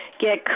get